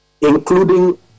including